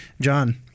John